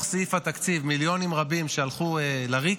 סעיף התקציב מיליונים רבים שהלכו לריק,